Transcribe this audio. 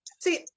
See